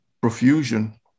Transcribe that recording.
profusion